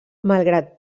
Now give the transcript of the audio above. malgrat